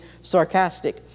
sarcastic